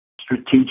strategic